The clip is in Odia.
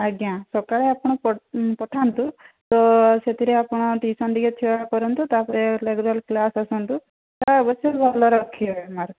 ଆଜ୍ଞା ସକାଳେ ଆପଣ ପଠାନ୍ତୁ ଓ ସେଥିରେ ଆପଣ ଟ୍ୟୁସନ ଟିକେ କରନ୍ତୁ ତାପରେ ରେଗୁଲାର କ୍ଲାସ ଆସନ୍ତୁ ଅବଶ୍ୟ ଭଲ ରଖିବେ ମାର୍କ